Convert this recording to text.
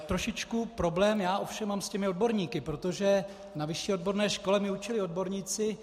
Trošičku problém já ovšem mám s těmi odborníky, protože na vyšší odborné škole mi učili odborníci.